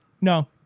No